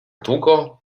długo